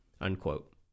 unquote